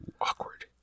Awkward